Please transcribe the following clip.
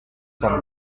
from